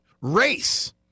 race